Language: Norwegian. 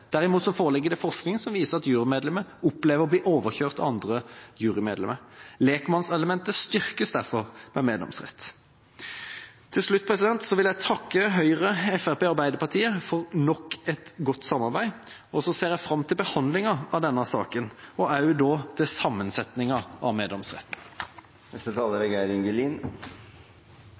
foreligger det forskning som viser at jurymedlemmer opplever å bli overkjørt av andre jurymedlemmer. Lekmannselementet styrkes derfor ved meddomsrett. Til slutt vil jeg takke Høyre, Fremskrittspartiet og Arbeiderpartiet for nok et godt samarbeid. Jeg ser fram til behandlinga av denne saken og også til sammensetninga av meddomsretten. Juryordninga i Noreg har lange tradisjonar. Det er ei ordning som er